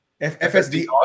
FSD